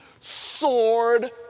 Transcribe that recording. sword